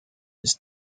his